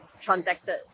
transacted